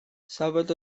safodd